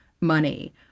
money